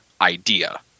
idea